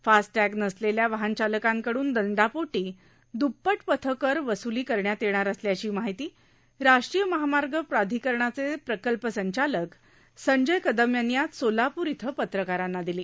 FASTag नसलेल्या वाहनचालकांकडून दंडापोटी द्प्पट पथकर वस्ली करण्यात येणार असल्याची माहिती राष्ट्रीय महामार्ग प्राधिकरणाचे प्रकल्प संचालक संजय कदम यांनी आज सोलाप्र इथ पत्रकारांना दिली